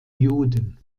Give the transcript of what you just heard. juden